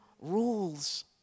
rules